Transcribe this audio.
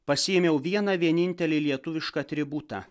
pasiėmiau vieną vienintelį lietuvišką atributą